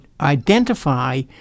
identify